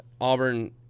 Auburn